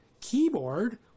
keyboard